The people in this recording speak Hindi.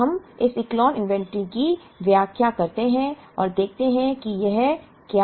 तो हम इस इकोलोन इन्वेंट्री की व्याख्या करते हैं और देखते हैं कि यह क्या है